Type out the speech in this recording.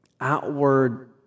outward